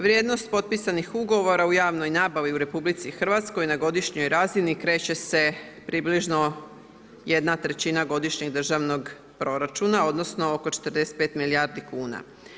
Vrijednost potpisanih ugovora u javnoj nabavi u RH na godišnjoj razini kreće se približno 1/3 godišnjeg državnog proračuna odnosno oko 45 milijardi kuna.